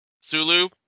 Sulu